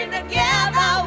together